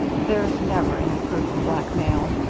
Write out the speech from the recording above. there's never any proof of blackmail.